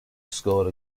scored